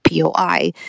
POI